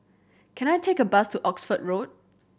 can I take a bus to Oxford Road